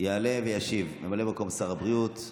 יעלה וישיב ממלא מקום שר הבריאות,